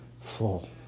full